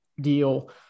deal